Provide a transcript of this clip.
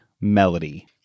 melody